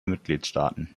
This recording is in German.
mitgliedstaaten